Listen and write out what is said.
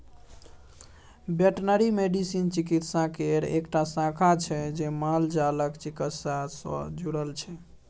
veterinary medicine चिकित्सा केर एकटा शाखा छै जे मालजालक चिकित्सा सँ जुरल छै